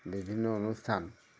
বিভিন্ন অনুষ্ঠান